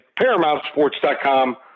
ParamountSports.com